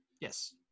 Yes